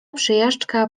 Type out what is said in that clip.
przejażdżka